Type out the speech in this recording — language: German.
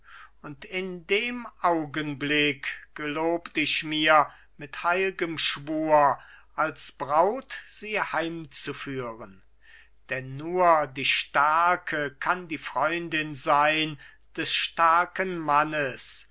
und in dem augenblick gelobt ich mir mit heilgem schwur als braut sie heimzuführen denn nur die starke kann die freundin sein des starken mannes